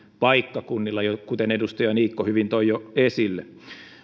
paikkakunnilla kuten edustaja niikko hyvin toi jo esille